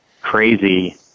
crazy